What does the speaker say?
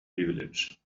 privilege